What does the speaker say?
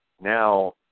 now